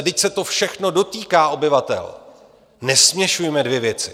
Vždyť se to všechno dotýká obyvatel! Nesměšujme dvě věci.